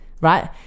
right